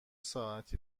ساعتی